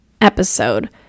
episode